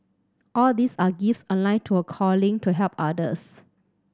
all these are gifts align to a calling to help others